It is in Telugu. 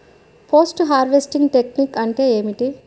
పోస్ట్ హార్వెస్టింగ్ టెక్నిక్ అంటే ఏమిటీ?